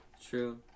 True